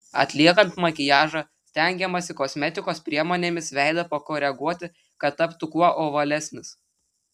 atliekant makiažą stengiamasi kosmetikos priemonėmis veidą pakoreguoti kad taptų kuo ovalesnis